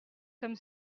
comme